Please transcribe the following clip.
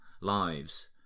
lives